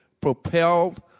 propelled